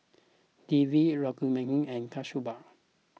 Devi Rukmini and Kasturba